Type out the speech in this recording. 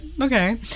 okay